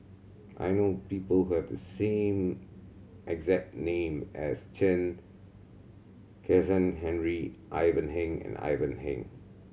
I know people who have the exact name as Chen Kezhan Henri Ivan Heng and Ivan Heng